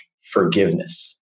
forgiveness